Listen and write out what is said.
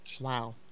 Wow